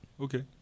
Okay